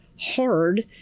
hard